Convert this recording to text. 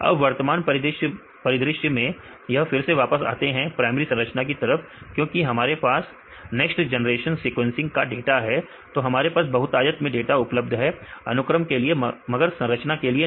अब वर्तमान परिदृश्य में यह फिर से वापस आते हैं प्राइमरी संरचना की तरफ क्यों की हमारे पास नेक्स्ट जनरेशन सीक्वेंसग का है तो हमारे पास बहुतायत में डाटा उपलब्ध है अनुक्रम के लिए मगर संरचना के लिए नहीं